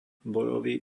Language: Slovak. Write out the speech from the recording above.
bojový